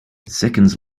seconds